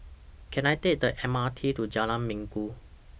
Can I Take The M R T to Jalan Minggu